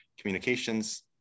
communications